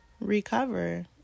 recover